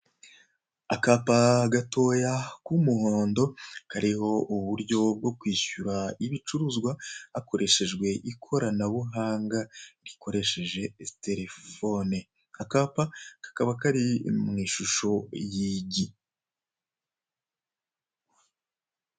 Akapa gatoya k'umuhondo kariho uburyo bwo kwishyura ibicuruzwa hakoreshejwe ikoranabuhanga rikoresha telefone, akapa kakaba kari mu ishusho y'igi.